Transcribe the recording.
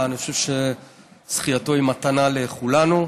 אני חושב שזכייתו היא מתנה לכולנו.